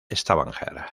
stavanger